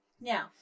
Now